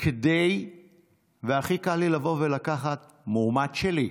הכי קל לי לבוא ולקחת מועמד שלי.